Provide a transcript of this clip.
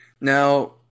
Now